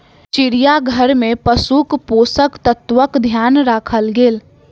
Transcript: चिड़ियाघर में पशुक पोषक तत्वक ध्यान राखल गेल